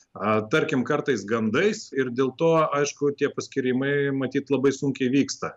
tarkim kartais gandais ir dėl to aišku tie paskyrimai matyt labai sunkiai vyksta